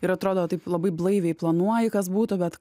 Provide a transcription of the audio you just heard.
ir atrodo taip labai blaiviai planuoji kas būtų bet